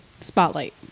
Spotlight